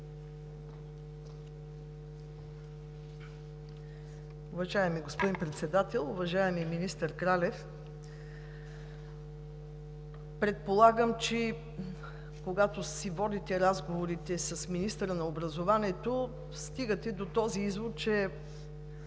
Уважаеми господин Председател, уважаеми министър Кралев! Предполагам, че когато си водите разговорите с министъра на образованието, стигате до този извод, че